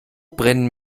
brennen